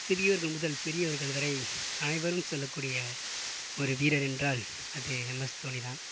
சிறியவர்கள் முதல் பெரியவர்கள் வரை அனைவரும் சொல்லக்கூடிய ஒரு வீரர் என்றால் அது எம்எஸ் தோனிதான்